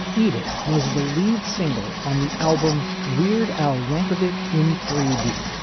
eat it was the lead single on the album weird al yankovic in three d.